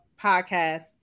Podcast